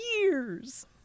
years